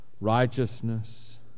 righteousness